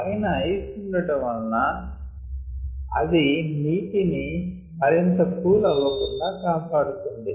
పైన ఐస్ ఉండటం వలన అది నీటిని మరింత కూల్ అవ్వకుండా కాపాడుతుంది